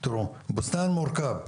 תראו, אבו סנאן היא סיפור מורכב,